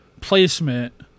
placement